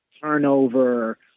turnover